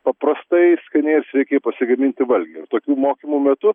paprastai skaniai ir sveikai pasigaminti valgį ir tokiu mokymų metu